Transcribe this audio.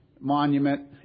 Monument